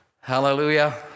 Hallelujah